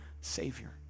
Savior